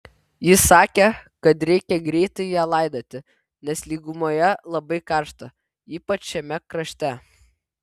jis sakė kad reikia greitai ją laidoti nes lygumoje labai karšta ypač šiame krašte